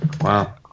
Wow